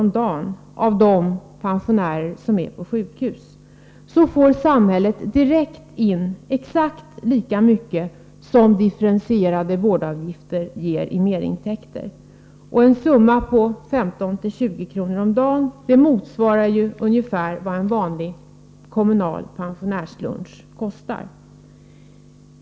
om dagen av de pensionärer som är på sjukhus, får samhället direkt in exakt lika mycket som de differentierade vårdavgifterna ger i merintäkter. Och en summa på 15-20 kr. motsvarar ungefär vad en vanlig kommunal pensionärslunch kostar.